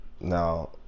Now